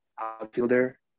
outfielder